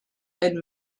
and